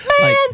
Man